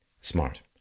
smart